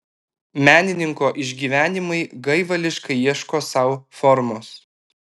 menininko išgyvenimai gaivališkai ieško sau formos